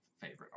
favorite